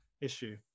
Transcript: issue